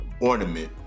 ornament